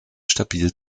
stabil